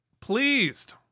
pleased